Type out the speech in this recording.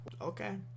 okay